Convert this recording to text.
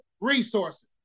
resources